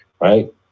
right